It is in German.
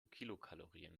kilokalorien